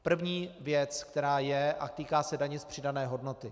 První věc, která je a týká se daně z přidané hodnoty.